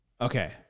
Okay